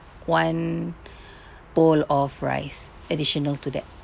one bowl of rice additional to that